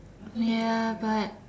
ya but